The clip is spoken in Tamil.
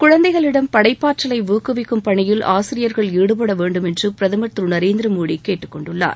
குழந்தைகளிடம் படைப்பாற்றலை ஊக்குவிக்கும் பணியில் ஆசிரியர்கள் ஈடுபட வேண்டும் என்று பிரதமர் திரு நரேந்திர மோடி கேட்டுக்கொண்டுள்ளார்